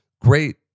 great